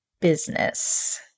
business